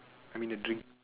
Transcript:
I mean the drink